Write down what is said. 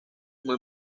muy